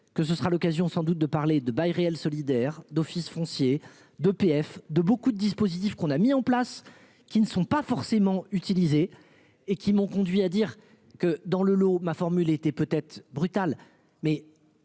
que ce sera l'occasion sans doute de parler de bail réel solidaire d'office foncier de PF de beaucoup de dispositifs qu'on a mis en place qui ne sont pas forcément utilisés et qui m'ont conduit à dire que dans le lot, ma formule était peut-être brutale mais.